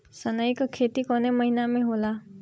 सनई का खेती कवने महीना में होला?